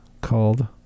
called